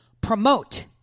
promote